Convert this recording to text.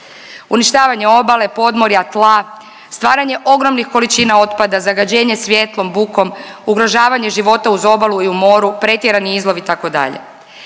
Uništavanje obale, podmorja, tla, stvaranje ogromnih količina otpada, zagađenje svjetlom, bukom, ugrožavanje života uz obalu i u moru, pretjerani izlov itd.